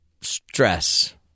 stress